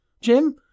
Jim